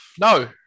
No